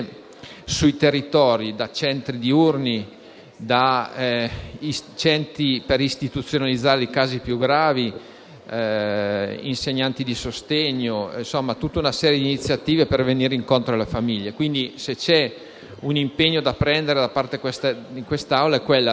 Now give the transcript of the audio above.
sui territori: centri diurni, centri per istituzionalizzare i casi più gravi; insegnanti di sostegno; in sostanza tutta una serie iniziative per venire incontro alle famiglie. Se c'è un impegno da prendere da parte di quest'Aula è sostenere